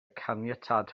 caniatâd